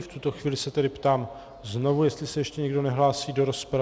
V tuto chvíli se tedy ptám znovu, jestli se ještě někdo nehlásí do rozpravy.